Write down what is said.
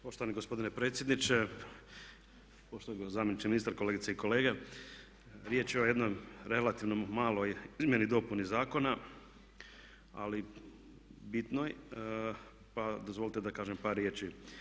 Poštovani gospodine predsjedniče, poštovani zamjeniče ministra, kolegice i kolege riječ je o jednoj relativno maloj izmjeni dopune zakona ali bitnoj pa dozvolite da kažem par riječi.